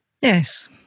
Yes